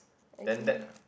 okay